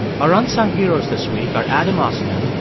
our unsung heroes this week are adam osman,